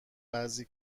بعضی